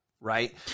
Right